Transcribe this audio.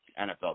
NFL